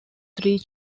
three